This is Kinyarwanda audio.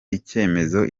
icyemezo